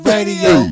Radio